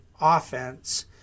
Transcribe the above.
offense